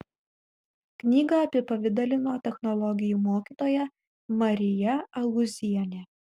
knygą apipavidalino technologijų mokytoja marija alūzienė